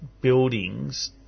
buildings